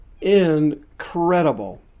Incredible